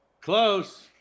Close